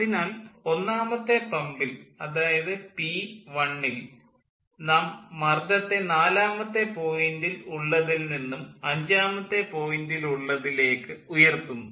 അതിനാൽ ഒന്നാമത്തെ പമ്പിൽ അതായത് പി1 ൽ നാം മർദ്ദത്തെ നാലാമത്തെ പോയിൻ്റിൽ ഉള്ളതിൽ നിന്നും അഞ്ചാമത്തെ പോയിൻ്റിലുള്ളതിലേക്ക് ഉയർത്തുന്നു